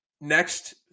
Next